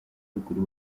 ruguru